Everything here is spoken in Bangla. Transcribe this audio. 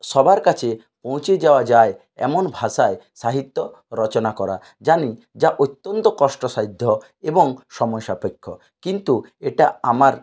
সবার কাছে পৌঁছে যাওয়া যায় এমন ভাষায় সাহিত্য রচনা করা জানি যা অত্যন্ত কষ্টসাধ্য এবং সময়সাপেক্ষ কিন্তু এটা আমার